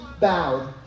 bowed